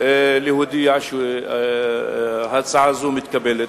להודיע שההצעה הזאת מתקבלת.